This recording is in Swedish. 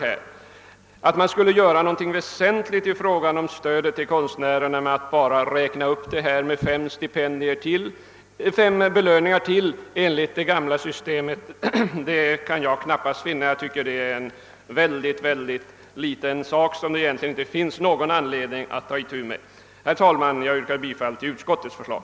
Jag kan inte finna att man väsentligt skulle förbättra stödet till konstnärerna genom att enligt det gamla systemet öka antalet belöningar med fem per år. Jag tycker att detta är en mycket obetydlig sak som det egentligen inte finns någon anledning att ta upp. Herr talman ! Jag ber att få yrka bifall till utskottets förslag.